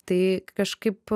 tai kažkaip